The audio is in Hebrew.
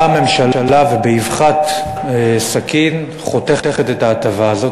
באה הממשלה ובאבחת סכין חותכת את ההטבה הזאת.